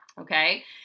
Okay